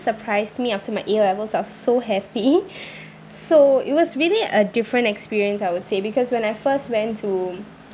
surprised me after my A levels I was so happy so it was really a different experience I would say because when I first went to